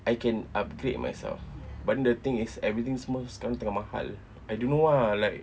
I can upgrade myself but then the thing is everything semua sekarang tengah mahal I don't know ah like